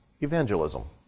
evangelism